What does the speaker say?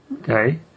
Okay